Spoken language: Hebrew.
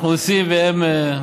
אנחנו עושים והם,